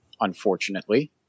unfortunately